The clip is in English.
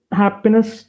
happiness